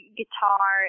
guitar